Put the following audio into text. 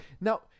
Now